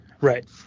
Right